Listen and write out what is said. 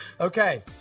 Okay